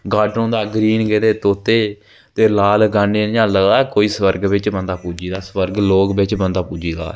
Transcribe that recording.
garden होंदा green ते लाल गाने इ'यां लगदा कोई स्वर्ग बिच्च स्वर्ग लोक च बंदा पुज्जी गेदा ऐ